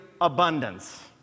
abundance